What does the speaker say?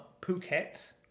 Phuket